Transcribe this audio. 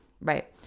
right